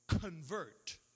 convert